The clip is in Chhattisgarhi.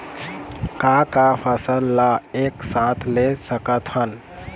का का फसल ला एक साथ ले सकत हन?